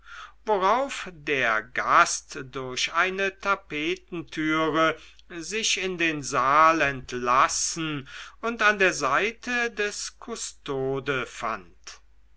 worauf der gast durch eine tapetentüre sich in den saal entlassen und an der seite des kustode fand